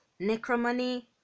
necromony